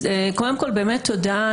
קודם כול, באמת תודה.